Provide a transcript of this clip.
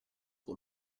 will